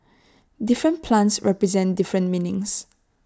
different plants represent different meanings